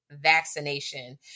vaccination